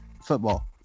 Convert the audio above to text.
football